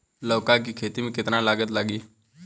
लौका के खेती में केतना लागत लागी?